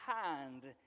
hand